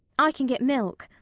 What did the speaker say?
i can get milk.